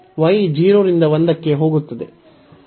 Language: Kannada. y 0 ರಿಂದ 1 ಕ್ಕೆ ಹೋಗುತ್ತದೆ